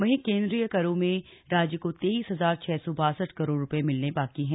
वहीं केंद्रीय करों में राज्य को तेईस हजार छह सौ बासठ करोड़ रुपए मिलने बाकी हैं